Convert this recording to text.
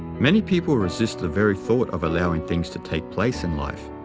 many people resist the very thought of allowing things to take place in life,